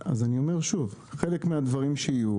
חלק מהדברים שיהיו,